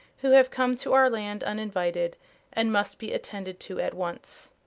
who have come to our land uninvited and must be attended to at once.